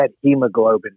hemoglobin